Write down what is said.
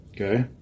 Okay